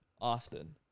often